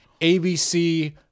ABC